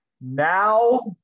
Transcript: Now